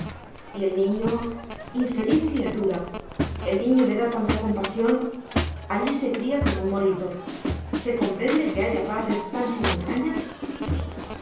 y el niño infeliz criatura el niño me da tanta compasión allí se cría como un morito se comprende que haya padres tan sin entrañas